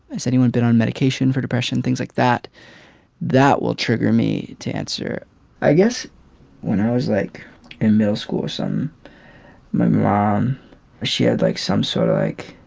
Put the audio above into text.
has anyone been on medication for depression things like that that will trigger me to answer i guess when i was like in middle school some my mom she had like some sort of like